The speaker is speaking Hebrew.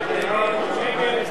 ההסתייגות של חברי הכנסת